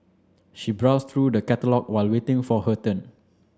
she browsed through the catalogue while waiting for her turn